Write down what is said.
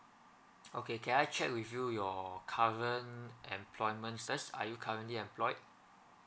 okay can I check with you your current employment first are you currently employed